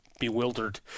bewildered